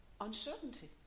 uncertainty